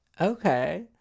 Okay